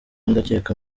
ndacyeka